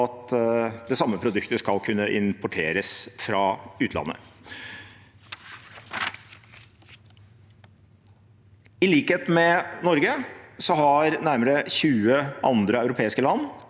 at det samme produktet skal kunne importeres fra utlandet. I likhet med Norge har nærmere 20 andre europeiske land